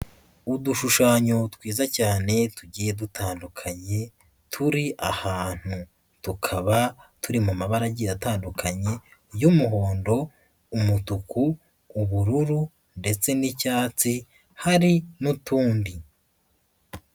Udushushanyo twiza cyane tugiye dutandukanye turi ahantu, tukaba turi mu mabarage atandukanye y'umuhondo, umutuku, ubururu ndetse n'icyatsi, hari n'utundi.